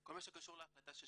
כל מה שקשור להחלטה 609,